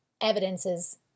evidences